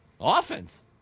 offense